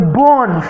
born